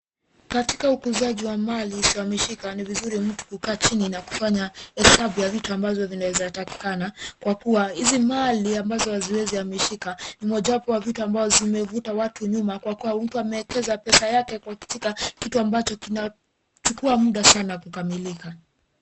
Katika ukuzaji wa mali isiyohamishika ni vizuri mtu kukaa chini na kufanya hesabu ya vitu ambazo vinaweza takikana kwa kuwa hizi mali ambazo haziwezi hamishika ni mojawapo ya vitu ambazo zimevuta watu nyuma kwa kuwa mtu amewekeza pesa yake katika kitu ambacho kinachukua muda sana kukamilika.